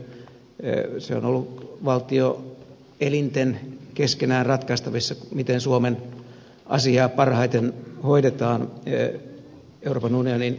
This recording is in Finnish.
se on ollut valtioelinten keskenään ratkaistavissa miten suomen asiaa parhaiten hoidetaan euroopan unionin huippukokouksissa